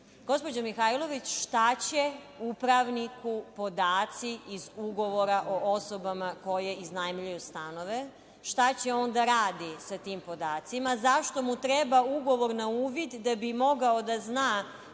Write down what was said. SNS.Gospođo Mihajlović, šta će upravniku podaci iz ugovora o osobama koje iznajmljuju stanove? Šta će on da radi sa tim podacima? Zašto mu treba ugovor na uvid da bi mogao da zna